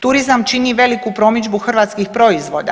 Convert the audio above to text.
Turizam čini veliku promidžbu hrvatskih proizvoda.